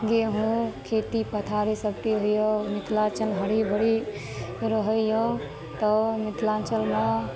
गेहूँ खेती पथारी सबके होइया मिथिलाञ्चल हरी भरी रहैया तऽ मिथिलाञ्चलमे